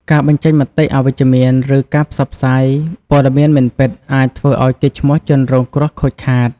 ការបញ្ចេញមតិអវិជ្ជមាន ឬការផ្សព្វផ្សាយព័ត៌មានមិនពិតអាចធ្វើឲ្យកេរ្តិ៍ឈ្មោះជនរងគ្រោះខូចខាត។